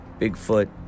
Bigfoot